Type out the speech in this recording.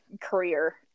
career